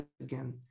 again